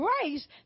grace